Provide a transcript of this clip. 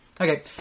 okay